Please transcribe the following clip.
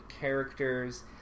characters